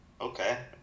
Okay